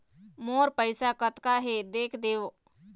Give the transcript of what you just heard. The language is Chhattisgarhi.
मोर पैसा कतका हे देख देव?